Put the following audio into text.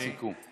משפט סיכום.